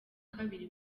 kabiri